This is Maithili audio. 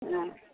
हँ